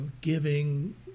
giving